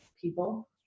people